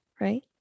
Right